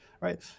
right